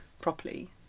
properly